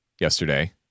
yesterday